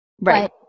Right